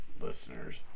listeners